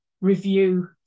review